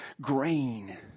grain